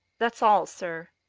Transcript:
that's all, sir.